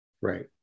Right